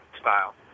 style